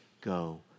go